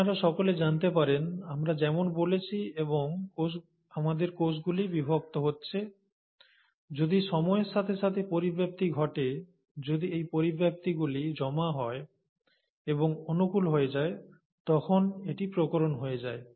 আপনারা সকলে জানতে পারেন আমরা যেমন বলছি এবং আমাদের কোষগুলি বিভক্ত হচ্ছে যদি সময়ের সাথে সাথে পরিব্যক্তি ঘটে যদি এই পরিব্যক্তিগুলি জমা হয় এবং অনুকূল হয়ে যায় তখন এটি প্রকরণ হয়ে যায়